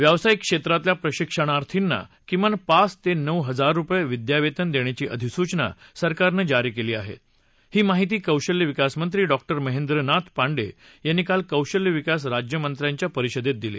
व्यवसायिक क्षद्वितल्या प्रशिक्षणार्थींना किमान पाच तक्रिऊ हजार रुपयाविद्यावक्ति दख्याची अधिसूचना सरकारनं जारी कली आहा ही माहिती कौशल्य विकास मंत्री डॉक्टर महेंद्र नाथ पांडखिनी काल कौशल्य विकास राज्यमंत्र्यांच्या परिषदत्त दिली